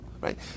Right